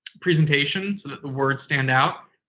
presentations so that the words stand out.